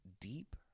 deep